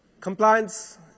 compliance